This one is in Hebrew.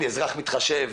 אני אזרח מתחשב,